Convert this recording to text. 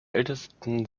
ältesten